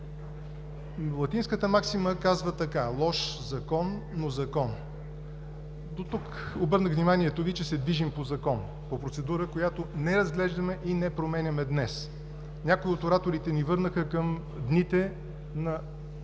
Латинската максима казва така: „Лош закон, но закон!“ Дотук. Обърнах Ви внимание, че се движим по закон, по процедура, която не разглеждаме и не променяме днес. Някои от ораторите ни върнаха към дните на